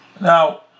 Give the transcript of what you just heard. now